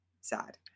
sad